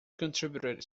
contributed